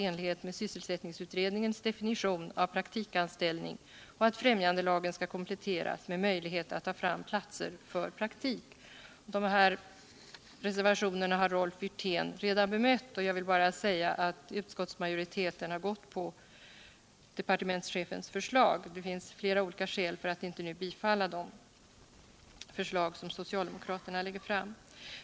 Rolf Wirtén har redan bemött reservationerna, och jag vill bara säga att utskottsmajoriteten har gått på departementschefens förslag och att det finns flera olika skäl för att inte nu bifalla de förslag som socialdemokraterna lägger fram.